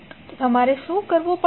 તો તમારે શું કરવાની જરૂર છે